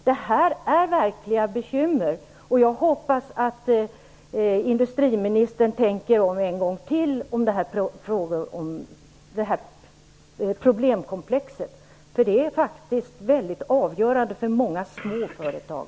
Det här är verkliga bekymmer. Jag hoppas att industriministern tänker om i fråga om det här problemkomplexet, därför att det är avgörande för många små företag.